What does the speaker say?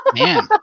man